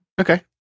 Okay